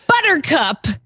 Buttercup